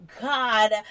God